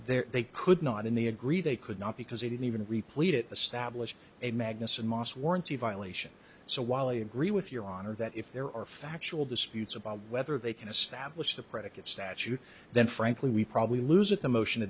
there they could not in the agree they could not because they didn't even replete it established a magnuson last warranty violation so while i agree with your honor that if there are factual disputes about whether they can establish the predicate statute then frankly we probably lose it the motion to